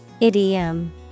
Idiom